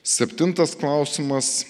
septintas klausimas